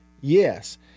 yes